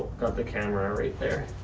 got the camera right there.